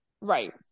Right